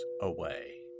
away